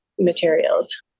materials